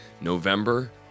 November